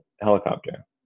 helicopter